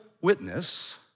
witness